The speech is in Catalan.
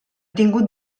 tingut